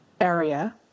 area